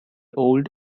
old